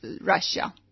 Russia